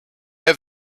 have